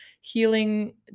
healing